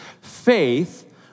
faith